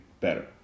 better